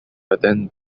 attend